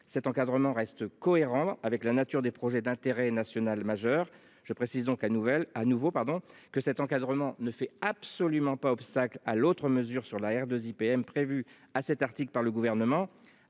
cet encadrement reste cohérent avec la nature des projets d'intérêt national majeur je précise donc à nouvelle à nouveau pardon que cet encadrement ne fait absolument pas obstacle à l'autre mesure sur la R 2 IPM prévue à cet article par le gouvernement,